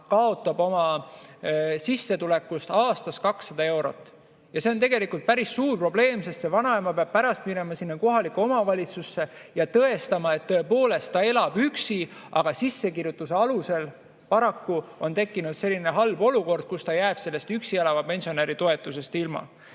kaotab oma sissetulekust aastas 200 eurot. See on tegelikult päris suur probleem, sest see vanaema peab pärast minema kohalikku omavalitsusse ja tõestama, et ta tõepoolest elab üksi, aga sissekirjutuse alusel paraku on tekkinud selline halb olukord, kus ta jääb sellest üksi elava pensionäri toetusest ilma.